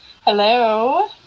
Hello